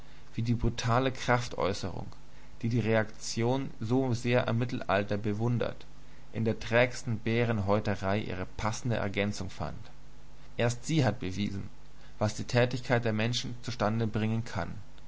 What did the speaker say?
wie die brutale kraftäußerung die die reaktion so sehr am mittelalter bewundert in der trägsten bärenhäuterei ihre passende ergänzung fand erst sie hat bewiesen was die tätigkeit der menschen zustande bringen kann